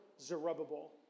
Zerubbabel